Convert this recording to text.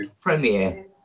premiere